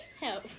Help